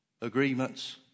agreements